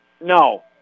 No